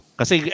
kasi